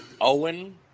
Owen